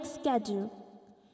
schedule